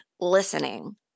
listening